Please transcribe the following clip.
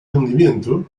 rendimiento